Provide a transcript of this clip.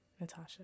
Natasha